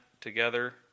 together